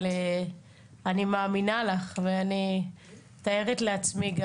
אני מאמינה לך ואני מתארת לעצמי.